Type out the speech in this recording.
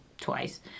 twice